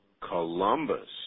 Columbus